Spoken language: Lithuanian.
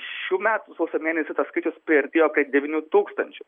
šių metų sausio mėnesį tas skaičius priartėjo prie devynių tūkstančių